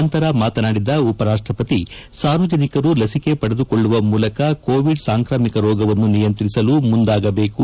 ನಂತರ ಮಾತನಾಡಿದ ಉಪರಾಷ್ಟ ಪತಿ ಸಾರ್ವಜನಿಕರು ಲಸಿಕೆ ಪಡೆದುಕೊಳ್ಳುವ ಮೂಲಕ ಕೋವಿಡ್ ಸಾಂಕ್ರಾಮಿಕ ರೋಗವನ್ನು ನಿಯಂತ್ರಿಸಲು ಮುಂದಾಗಬೇಕು